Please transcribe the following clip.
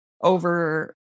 over